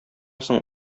соң